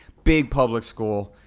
big public school.